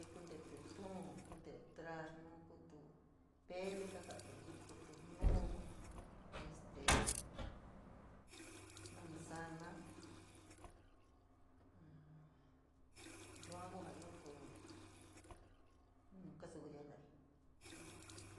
kuu te’e títuun, kuu te’e trasnu, kutu pele ka ka’aturi jin, te’e tínuu ku este manzana yua kuu jaa iotu nu kasakuri yaa jena’ari.